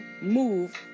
move